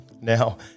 Now